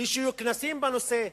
לא היו כנסים בנושא.